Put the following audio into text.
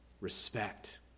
respect